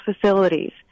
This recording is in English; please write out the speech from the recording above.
facilities